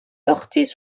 heurtaient